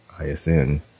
ISN